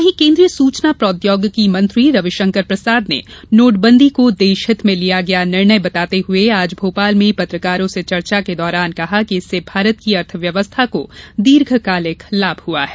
वहीं केन्द्रीय सूचना प्रौद्योगिकी मंत्री रविशंकर प्रसाद ने नोटबंदी को देशहित में लिया गया निर्णय बताते हुए आज भोपाल में पत्रकारों से चर्चा के दौरान कहा कि इससे भारत की अर्थव्यवस्था को दीर्घकालिक लाभ हुआ है